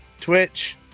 Twitch